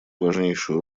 важнейшую